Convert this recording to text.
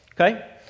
Okay